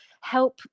help